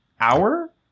hour